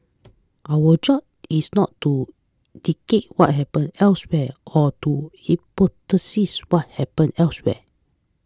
our job is not to dictate what happen elsewhere or to hypothesise what happen elsewhere